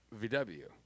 VW